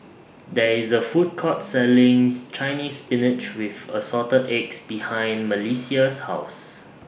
There IS A Food Court Selling Chinese Spinach with Assorted Eggs behind Melissia's House